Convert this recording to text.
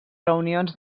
reunions